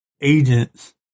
agents